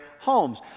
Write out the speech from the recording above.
homes